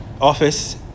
office